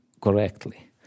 correctly